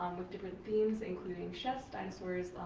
with different themes including chefs, dinosaurs,